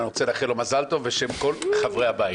אני רוצה לאחל לו מזל טוב בשם כל חברי הבית.